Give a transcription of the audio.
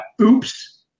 oops